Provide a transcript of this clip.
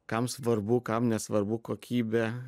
kam svarbu kam nesvarbu kokybė